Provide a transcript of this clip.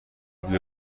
بیا